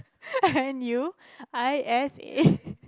N U I S A